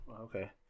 Okay